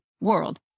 world